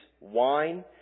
wine